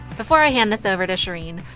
before i hand this over to shereen,